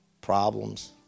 problems